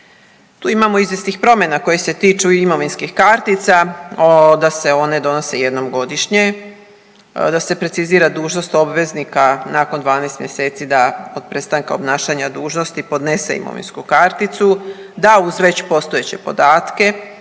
Tu imamo izvjesnih promjena koje se tiču i imovinskih kartica da se one donose jednom godišnje, da se precizira dužnost obveznika nakon 12 mjeseci da od prestanka obnašanja dužnosti podnese imovinsku karticu, da uz već postojeće podatke